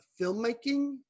filmmaking